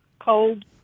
cold